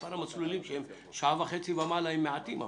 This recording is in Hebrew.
אמרת שמספר המסלולים שהם שעה וחצי ומעלה הם מעטים.